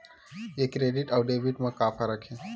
ये क्रेडिट आऊ डेबिट मा का फरक है?